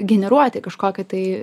generuoti kažkokį tai